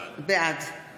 בעד אבל